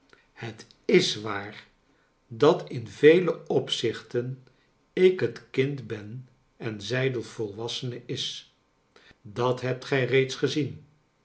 het is waar dat in vele opzichten ik het kind ben en zij de volwassene is dat hebt gij reeds gezien